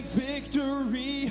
victory